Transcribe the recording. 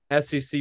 SEC